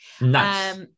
Nice